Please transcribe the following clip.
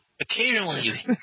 Occasionally